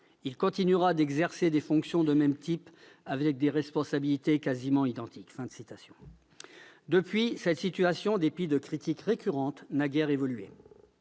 il continuera d'exercer des fonctions de même type avec des responsabilités quasiment identiques ». Depuis lors, cette situation, en dépit de critiques récurrentes, n'a guère évolué.